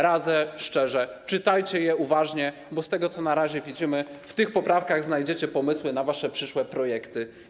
Radzę szczerze: czytajcie je uważnie, bo z tego, co na razie widzimy, w tych poprawkach znajdziecie pomysły na wasze przyszłe projekty.